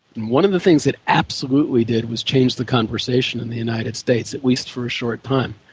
one of the things it absolutely did was change the conversation in the united states, at least for a short time.